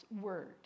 word